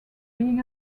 being